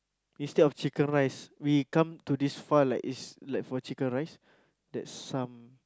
instead of chicken-rice we come to this far like it's for chicken rice that's some